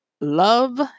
love